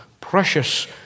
precious